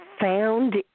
found